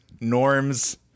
Norm's